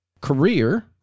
career